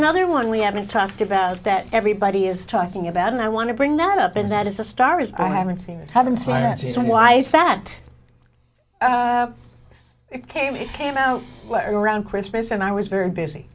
another one we haven't talked about that everybody is talking about and i want to bring that up and that is a star is i haven't seen it haven't seen it as a reason why is that this came came out around christmas and i was very busy